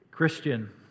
Christian